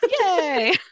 yay